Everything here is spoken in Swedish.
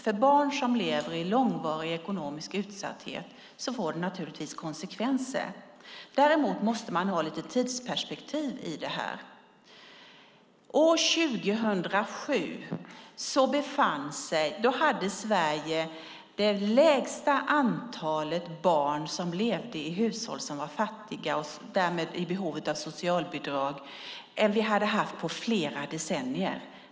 För barn som lever i långvarig ekonomisk utsatthet får det naturligtvis konsekvenser. Däremot måste man ha lite tidsperspektiv i detta. År 2007 hade Sverige det lägsta antalet barn som levde i hushåll som var fattiga och därmed i behov av socialbidrag än vi hade haft på flera decennier.